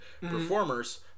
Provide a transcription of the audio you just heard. performers